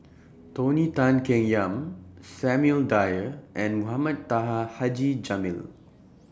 Tony Tan Keng Yam Samuel Dyer and Mohamed Taha Haji Jamil